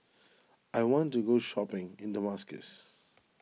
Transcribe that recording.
I want to go shopping in Damascus